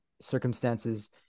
circumstances